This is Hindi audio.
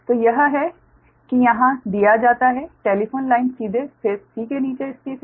तो यह है कि यहाँ दिया जाता है टेलीफोन लाइन सीधे फेस c के नीचे स्थित है